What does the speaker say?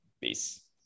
Peace